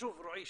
יש